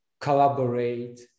collaborate